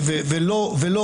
הוא מעמיד את הממשלה שלו, שלנו,